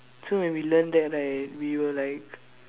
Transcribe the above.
so when we learn that right we were like